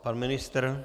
Pan ministr?